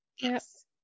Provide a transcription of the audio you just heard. yes